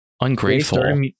ungrateful